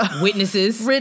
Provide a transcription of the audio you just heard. Witnesses